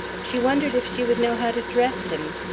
she wondered if she would know how to dress him.